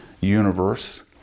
universe